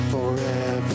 Forever